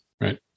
right